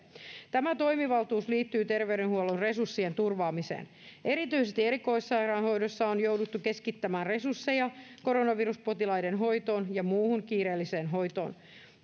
tämä toimivaltuus liittyy terveydenhuollon resurssien turvaamiseen erityisesti erikoissairaanhoidossa on jouduttu keskittämään resursseja koronaviruspotilaiden hoitoon ja muuhun kiireelliseen hoitoon esimerkiksi